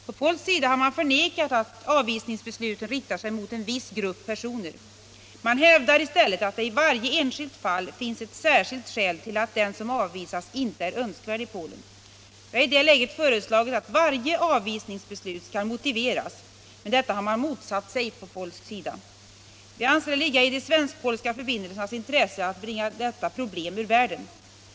På polsk sida har man förnekat att avvisningsbesluten riktar sig mot en viss grupp personer. Man hävdar i stället att det i varje enskilt fall finns ett särskilt skäl till att den som avvisas inte är önskvärd i Polen. Vi har i det läget föreslagit att varje avvisningsbeslut skall motiveras, men detta har man motsatt sig på polsk sida. Vi anser det ligga i de svensk-polska förbindelsernas intresse att bringa detta problem ur världen.